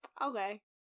Okay